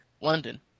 London